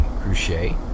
Crochet